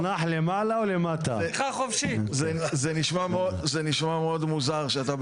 זה נשמע מאוד מוזר שאתה,